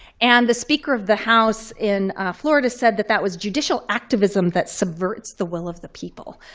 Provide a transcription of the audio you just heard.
and the speaker of the house in florida said that that was judicial activism that subverts the will of the people.